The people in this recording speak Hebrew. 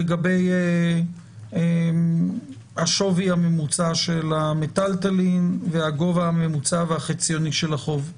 לגבי השווי הממוצע של המיטלטלין והגובה הממוצע והחציוני של החוב.